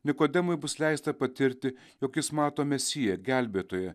nikodemui bus leista patirti jog jis mato mesiją gelbėtoją